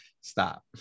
Stop